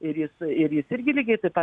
ir jis ir jis irgi lygiai taip pat